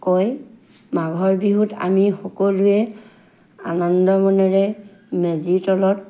কয় মাঘৰ বিহুত আমি সকলোৱে আনন্দ মনেৰে মেজিৰ তলত